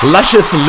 Luscious